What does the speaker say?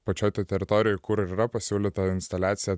pačioj teritorijoj kur ir yra pasiūlyta instaliacija